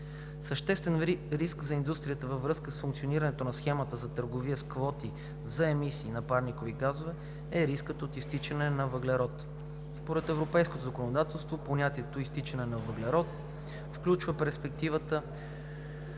Съществен риск за индустрията във връзка с функционирането на Схемата за търговия с квоти за емисии на парникови газове е рискът от „изтичане на въглерод“. Според европейското законодателство понятието „изтичане на въглерод“ включва перспективата